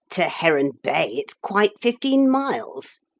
to heron bay it's quite fifteen miles.